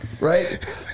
Right